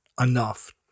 enough